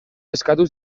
eskatu